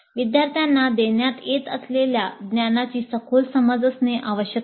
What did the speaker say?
विद्यार्थ्यांना देण्यात येत असलेल्या ज्ञानाची सखोल समज असणे आवश्यक आहे